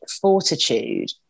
fortitude